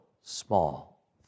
small